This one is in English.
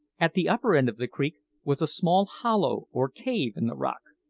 at the upper end of the creek was a small hollow or cave in the rock,